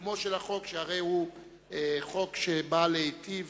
קיומו של החוק, שהרי הוא חוק שבא להיטיב